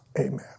amen